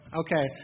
okay